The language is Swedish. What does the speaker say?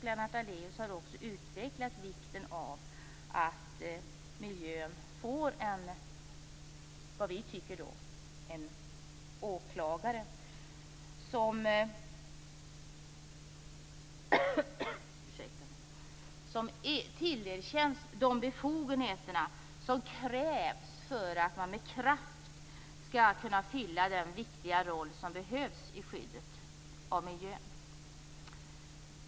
Lennart Daléus har också utvecklat vikten av att miljön får en, som vi tycker, åklagare som tillerkänns de befogenheter som krävs för att det skall vara möjligt att med kraft spela en så viktig roll. Detta är nödvändigt när det gäller skyddet av miljön.